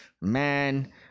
man